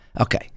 Okay